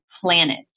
planet